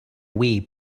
away